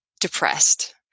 depressed